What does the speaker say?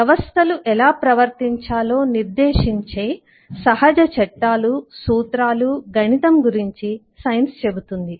వ్యవస్థలు ఎలా ప్రవర్తించాలో నిర్దేశించే సహజ చట్టాలు సూత్రాలు గణితం గురించి సైన్స్ చెబుతుంది